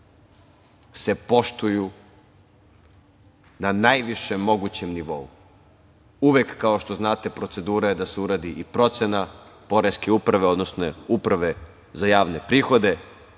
se poštuju na najvišem mogućem nivou. Uvek, kao što znate, procedura je da se uradi i procena Poreske uprave, odnosno Uprave za javne prihode.